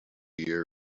year